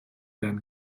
werden